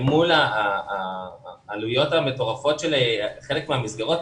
מול העלויות המטורפות של חלק מהמסגרות,